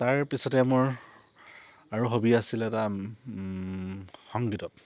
তাৰপিছতে মোৰ আৰু হবী আছিল এটা সংগীতত